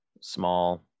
small